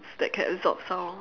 that can absorb sound